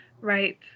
right